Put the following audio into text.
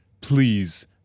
please